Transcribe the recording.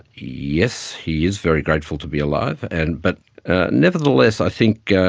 yes, he is very grateful to be alive, and but ah nevertheless i think